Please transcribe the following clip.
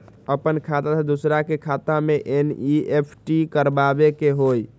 अपन खाते से दूसरा के खाता में एन.ई.एफ.टी करवावे के हई?